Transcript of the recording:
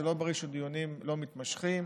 זה לא בריא שדיונים לא מתנהלים.